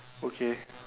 okay